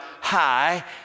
high